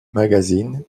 magazine